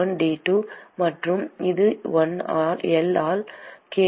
டி2 மற்றும் இது L1 all கே1ஏ ஆகும்